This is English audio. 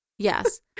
Yes